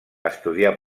estudiar